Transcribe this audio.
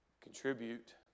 contribute